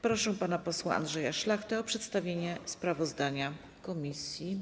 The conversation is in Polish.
Proszę pana posła Andrzeja Szlachtę o przedstawienie sprawozdania komisji.